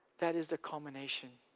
that is the culmination